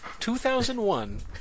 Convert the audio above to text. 2001